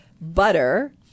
butter